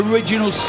Original